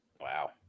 Wow